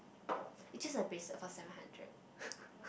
it just a bracelet for seven hundred